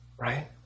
right